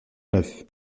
neuf